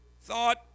thought